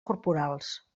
corporals